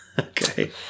Okay